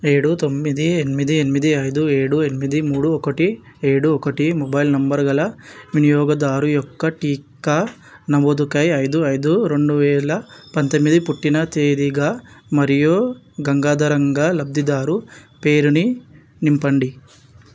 ఏడు తొమ్మిది ఎనిమిది ఎనిమిది ఐదు ఏడు ఎనిమిది మూడు ఒకటి ఏడు ఒకటి మొబైల్ నంబరు గల వినియోగదారు యొక్క టీకా నమోదుకై ఐదు ఐదు రెండు వేల పంతొమ్మిది పుట్టిన తేదీగా మరియు గంగాధరంగా లబ్ధిదారు పేరుని నింపండి